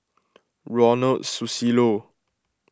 Ronald Susilo